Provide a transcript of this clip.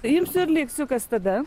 imsiu ir liksiu kas tada